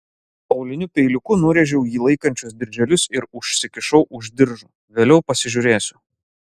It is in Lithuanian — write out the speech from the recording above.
auliniu peiliuku nurėžiau jį laikančius dirželius ir užsikišau už diržo vėliau pasižiūrėsiu